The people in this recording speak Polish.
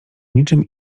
niczym